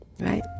right